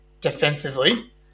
defensively